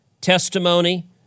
testimony